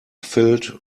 filled